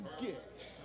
get